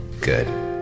Good